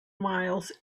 miles